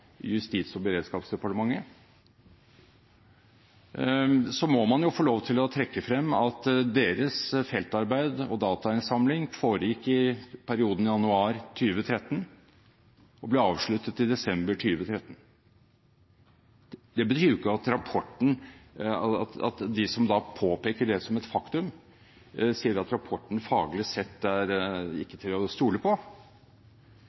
Justis- og beredskapsdepartementet – må man få lov til å trekke frem at deres feltarbeid og datainnsamling foregikk i perioden som startet i januar 2013 og ble avsluttet i desember 2013. Det betyr jo ikke at de som da påpeker det som et faktum, sier at rapporten faglig sett ikke er til å stole på,